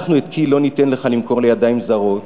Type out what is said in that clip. אנחנו את כי"ל לא ניתן לך למכור לידיים זרות,